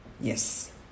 Yes